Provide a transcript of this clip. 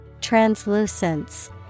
Translucence